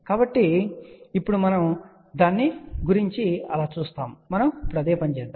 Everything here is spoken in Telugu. కాబట్టి దాని గురించి అలా ఉంది ఇప్పుడు మనము అదే పని చేస్తాము